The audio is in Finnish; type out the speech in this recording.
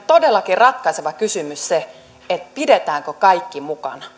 todellakin ratkaiseva kysymys pidetäänkö kaikki mukana